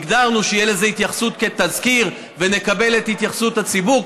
הגדרנו שתהיה לזה התייחסות כתסקיר ונקבל את התייחסות הציבור.